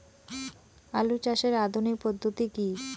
আলু চাষের আধুনিক পদ্ধতি কি?